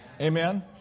Amen